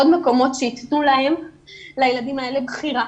עוד מקומות שייתנו לילדים האלה בחירה,